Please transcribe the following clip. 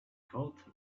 caught